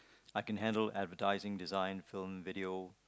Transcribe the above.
I can handle adversting design film video